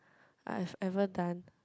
I've ever done